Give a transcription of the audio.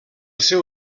seu